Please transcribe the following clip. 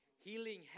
Healing